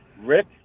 Rick